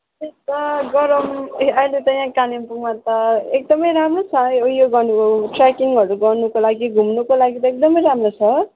त्यही त गरम ए अहिले त यहाँ कालिम्पोङमा त एकदम राम्रो छ यो यो उयो गर्नु ट्रेकिङहरू गर्नुको लागि घुम्नुको लागि त एक्दम राम्रो छ